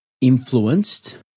influenced